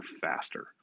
faster